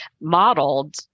modeled